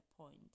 point